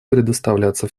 предоставляться